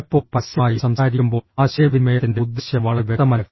ചിലപ്പോൾ പരസ്യമായി സംസാരിക്കുമ്പോൾ ആശയവിനിമയത്തിന്റെ ഉദ്ദേശ്യം വളരെ വ്യക്തമല്ല